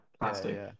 plastic